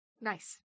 Nice